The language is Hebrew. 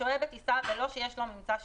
השוהה בטיסה בלא שיש לו ממצא שלילי,